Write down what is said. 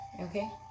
Okay